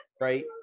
Right